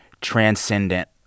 transcendent